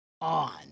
on